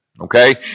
Okay